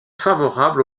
favorable